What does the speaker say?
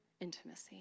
intimacy